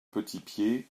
petitpied